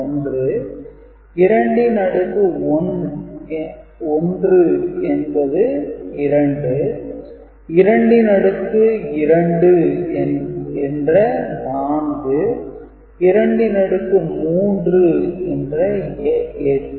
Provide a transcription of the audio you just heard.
2 ன் அடுக்கு 1 என்பது 2 2 ன் அடுக்கு 2 என்ற 4 2 ன் அடுக்கு 3 என்ற 8